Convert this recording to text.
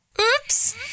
Oops